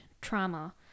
trauma